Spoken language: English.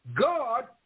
God